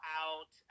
out